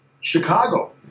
Chicago